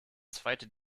zweite